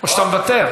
או שאתה מוותר?